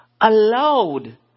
allowed